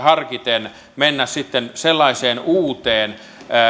harkiten pystymme menemään sitten sellaiseen uuteen